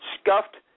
scuffed